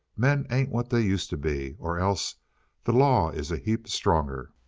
men ain't what they used to be, or else the law is a heap stronger.